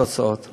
התוצאות?